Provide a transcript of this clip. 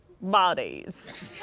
bodies